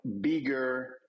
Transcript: bigger